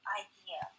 idea